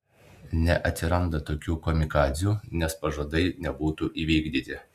neatsiranda tokių kamikadzių nes pažadai nebūtų įvykdyti